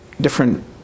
different